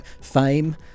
fame